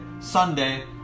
Sunday